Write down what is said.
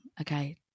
okay